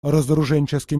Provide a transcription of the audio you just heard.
разоруженческий